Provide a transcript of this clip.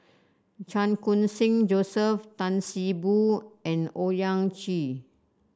Chan Khun Sing Joseph Tan See Boo and Owyang Chi